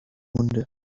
munde